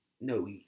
No